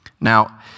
Now